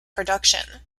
production